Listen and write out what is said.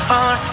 on